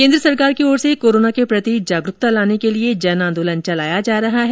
केन्द्र सरकार की ओर से कोरोना के प्रति जागरूकता लाने के लिए जन आंदोलन चलाया जा रहा है